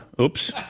Oops